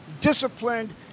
disciplined